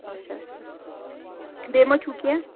اَچھا اَچھا بیٚیہِ ما چھُو کیٚنٛہہ